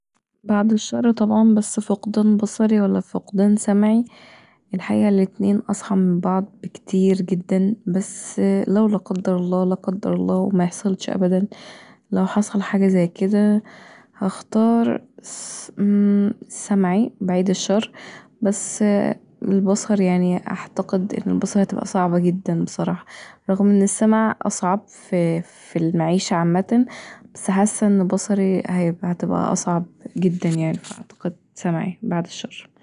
بعد الشر طبعا بس فقدان بصري ولا فقدان سمعي الحقيقه الأتنين أصعب من بعض بكتير جدا بس لو لا قدر الله لا قدر الله ميحصلش ابدا لو حصل حاجه زي كدا هختار سمعي بعيد الشر بس البصر يعني أعتقد هتبقي صعبه جدا بصراحه، رغم ان السمع أصعب في المعيشه عامة بس حاسه ان بصري هتبقي اصعب جدا يعني فأعتقد سمعي بعد الشر